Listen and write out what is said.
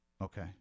Okay